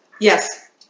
Yes